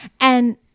And-